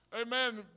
Amen